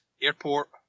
Airport